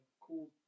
cool